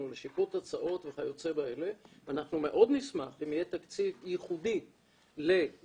לשיפוט תוצאות וכיוצא באלה ואנחנו מאוד נשמח אם יהיה תקציב ייחודי לגיל